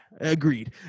Agreed